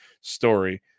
story